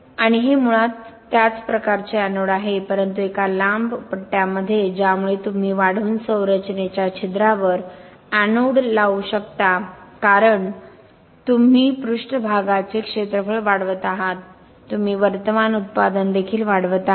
आणि हे मुळात हे त्याच प्रकारचे एनोड आहे परंतु एका लांब पट्ट्यामध्ये ज्यामुळे तुम्ही वाढवून संरचनेच्या छिद्रावर एनोड लावू शकता कारण तुम्ही पृष्ठभागाचे क्षेत्रफळ वाढवत आहात तुम्ही वर्तमान उत्पादन देखील वाढवत आहात